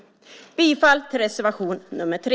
Jag yrkar bifall till reservation nr 3.